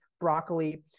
broccoli